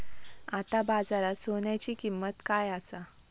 आता बाजारात सोन्याची किंमत काय असा?